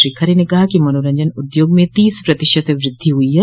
श्री खरे ने कहा कि मनोरंजन उद्योग में तीस प्रतिशत वृद्धि हुई है